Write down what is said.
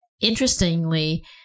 interestingly